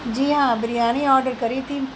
جی ہاں بریانی آڈر کری تھی